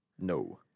No